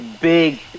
big